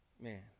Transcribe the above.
Man